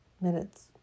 minutes